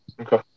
okay